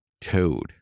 Toad